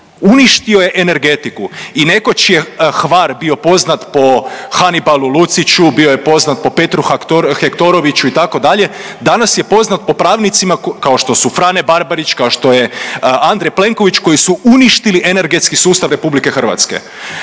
uništio je energetiku i nekoć je Hvar bio poznat po Hanibalu Luciću, bio je po Petru Hektoroviću, itd., danas je poznat po pravnicima, kao što su Frane Barbarić, kao što je Andrej Plenković koji su uništili energetski sustav RH. HEP je